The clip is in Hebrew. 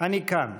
אני כאן,